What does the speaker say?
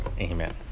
Amen